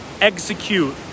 execute